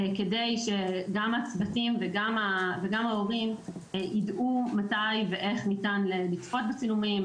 כדי שגם הצוותים וגם ההורים ידעו מתי ואיך ניתן לצפות בצילומים,